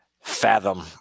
fathom